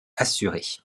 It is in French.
assurée